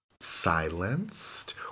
silenced